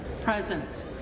Present